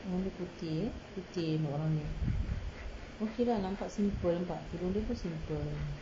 orang dia putih eh putih nampak orangnya okay lah nampak simple nampak tudung dia pun simple